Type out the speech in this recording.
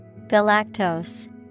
galactose